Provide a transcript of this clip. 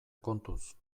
kontuz